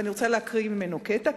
אני רוצה להקריא ממנו קטע,